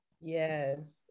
yes